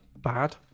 bad